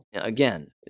Again